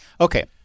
Okay